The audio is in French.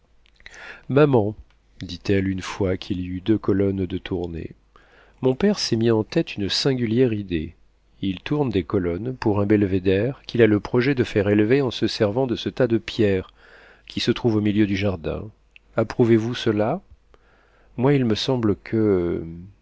maman dit-elle une fois qu'il y eut deux colonnes de tournées mon père s'est mis en tête une singulière idée il tourne des colonnes pour un belvéder qu'il a le projet de faire élever en se servant de ce tas de pierres qui se trouve au milieu du jardin approuvez vous cela moi il me semble que